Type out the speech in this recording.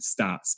stats